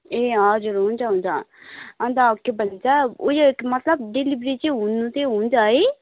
ए हजुर हुन्छ हुन्छ अन्त के भन्छ उयो मतलब डेलिभेरी चाहिँ हुनु चाहिँ हुन्छ है